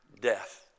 death